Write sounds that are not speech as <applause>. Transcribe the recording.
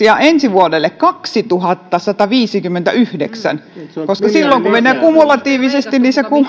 <unintelligible> ja ensi vuodelle kaksituhattasataviisikymmentäyhdeksän koska silloin kun mennään kumulatiivisesti se